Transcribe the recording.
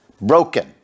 Broken